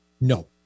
No